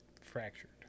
fractured